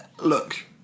look